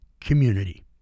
community